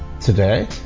today